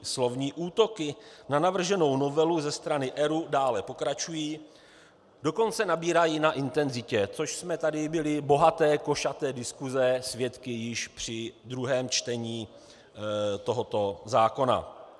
Slovní útoky na navrženou novelu ze strany ERÚ dále pokračují, dokonce nabírají na intenzitě což jsme tady byli bohaté, košaté diskuse svědky již při druhém čtení tohoto zákona.